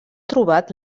trobat